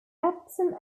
epsom